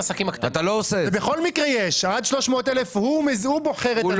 בכל מקרה יש, עד 300,000 שקל הוא בוחר את הכיוון.